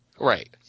Right